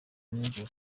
nijoro